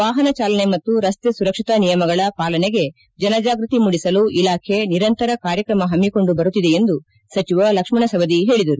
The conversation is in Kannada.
ವಾಪನ ಚಾಲನೆ ಮತ್ತು ರಸ್ತೆ ಸುರಕ್ಷತಾ ನಿಯಮಗಳ ಪಾಲನೆಗೆ ಜನಜಾಗೃತಿ ಮೂಡಿಸಲು ಇಲಾಖೆ ನಿರಂತರ ಕಾರ್ಯಕ್ರಮ ಪಮ್ಮಿಕೊಂಡು ಬರುತ್ತಿದೆ ಎಂದು ಸಚಿವ ಲಕ್ಷ್ಮಣ ಸವದಿ ಹೇಳಿದರು